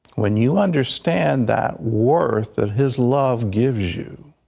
when you understand that work, that his love gives you,